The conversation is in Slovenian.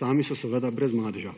sami so seveda brez madeža.